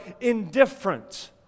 indifferent